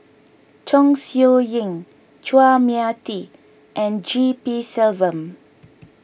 Chong Siew Ying Chua Mia Tee and G P Selvam